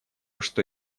что